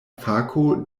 fako